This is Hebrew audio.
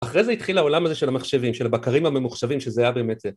אחרי זה התחיל העולם הזה של המחשבים, של הבקרים הממוחשבים, שזה היה באמת זה.